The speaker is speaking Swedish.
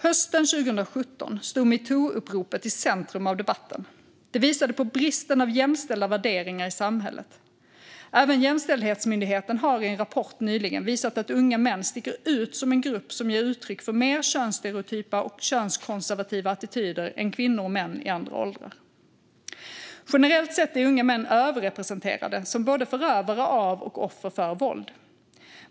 Hösten 2017 stod metoo-uppropet i centrum av debatten. Det visade på bristen på jämställda värderingar i samhället. Även Jämställdhetsmyndigheten har i en rapport nyligen visat att unga män sticker ut som en grupp som ger uttryck för mer könsstereotypa och könskonservativa attityder än kvinnor och män i andra åldrar. Generellt sett är unga män överrepresenterade som både förövare av och offer för våld.